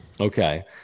Okay